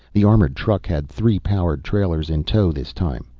the armored truck had three powered trailers in tow this time.